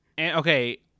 Okay